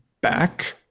back